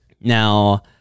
Now